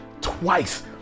twice